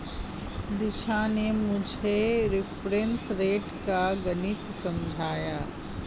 दीक्षा ने मुझे reference rate का गणित समझाया